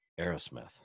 Aerosmith